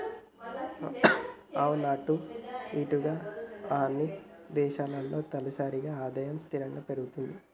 అవును అటు ఇటుగా అన్ని దేశాల్లో తలసరి ఆదాయం స్థిరంగా పెరుగుతుంది